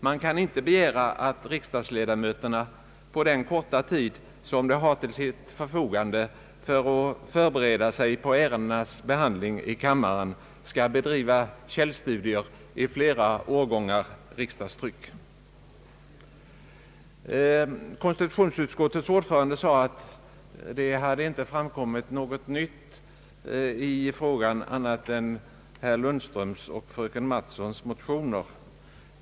Man kan inte begära att riksdagsledamöterna på den korta tid som de har till sitt förfogande för att förbereda sig för ärendenas behandling i kammaren skall bedriva källstudier i flera årgångar riksdagstryck. Konstitutionsutskottets ordförande sade att det inte hade framkommit något nytt i frågan annat än vad som anförts i herr Lundströms och fröken Mattsons motioner.